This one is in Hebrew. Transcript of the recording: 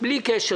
בלי קשר